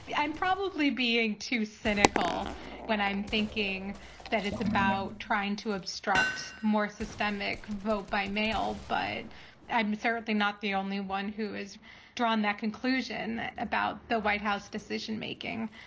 i'm probably being too cynical when i'm thinking that it's about trying to obstruct more systemic vote by mail. but i'm certainly not the only one who is drawn that conclusion about the white house decision making.